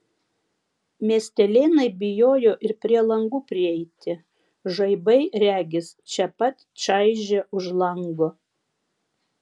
miestelėnai bijojo ir prie langų prieiti žaibai regis čia pat čaižė už lango